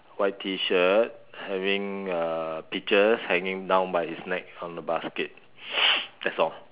white T shirt having uh peaches hanging down by his neck on the basket that's all